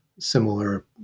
similar